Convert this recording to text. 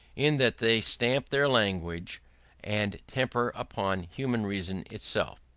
in that they stamp their language and temper upon human reason itself.